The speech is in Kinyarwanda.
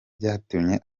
byatumye